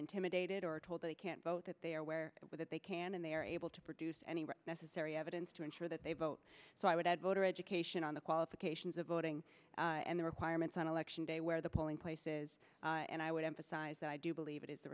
intimidated or told they can't vote that they are aware that they can and they are able to produce anywhere necessary evidence to ensure that they vote so i would add voter education on the qualifications of voting and the requirements on election day where the polling places and i would emphasize that i do believe it is the